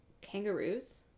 Kangaroos